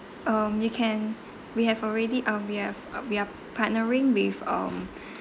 um you can we have already um we have uh we are partnering with um